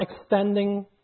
extending